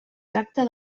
tracta